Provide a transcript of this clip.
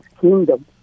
kingdom